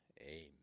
amen